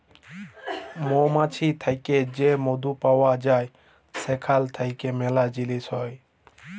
মমাছি থ্যাকে যে মধু পাউয়া যায় সেখাল থ্যাইকে ম্যালা জিলিস হ্যয়